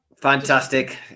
fantastic